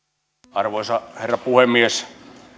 arvoisa herra puhemies